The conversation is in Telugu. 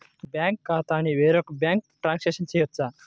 నా బ్యాంక్ ఖాతాని వేరొక బ్యాంక్కి ట్రాన్స్ఫర్ చేయొచ్చా?